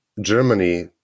Germany